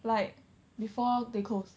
like before they close